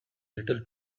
little